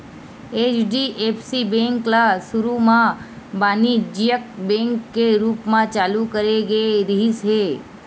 HDFC bank ल सुरू म बानिज्यिक बेंक के रूप म चालू करे गे रिहिस हे